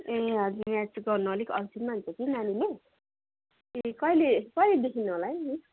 ए हजुर म्याथ गर्नु अलिक अल्छी पनि मान्छ कि नानीले ए कहिले कहिलेदेखि होला है मिस